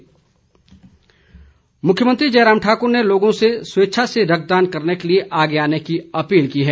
रक्तदान अपील मुख्यमंत्री जयराम ठाकुर ने लोगों से स्वेच्छा से रक्तदान करने के लिए आगे आने की अपील की है